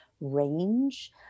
range